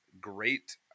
great